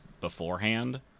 beforehand